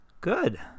Good